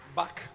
back